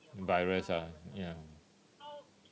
virus ah ya